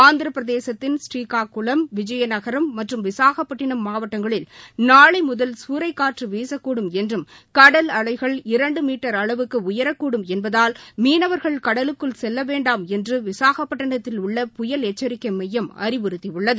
ஆந்திரபிரதேசத்தின் ஸ்ரீகாக்குளம் விஜயநகரம் மற்றும் விசாகப்பட்டினம் மாவட்டங்களில் நாளை முதல் சூறைக்காற்று வீசக்கூடும் என்றும் கடல் அலைகள் இரண்டு மீட்டர் அளவுக்கு உயரக்கூடும் என்பதால் மீனவா்கள் கடலுக்குள் கெல்ல வேண்டாம் என்று விசாகப்பட்டினத்தில் உள்ள புயல் எச்சிக்கை மையம் அறிவுறுத்தியுள்ளது